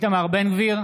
גביר,